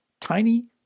tiny